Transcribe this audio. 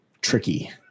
tricky